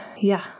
yeah